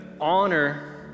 honor